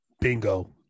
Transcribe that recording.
bingo